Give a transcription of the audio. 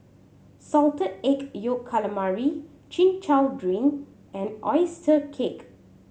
Salted Egg Yolk Calamari Chin Chow drink and oyster cake